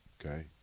Okay